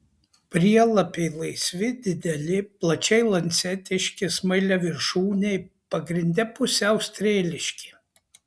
prielapiai laisvi dideli plačiai lancetiški smailiaviršūniai pagrinde pusiau strėliški